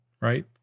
right